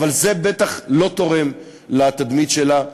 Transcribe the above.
וזה בטח לא תורם לתדמית שלה.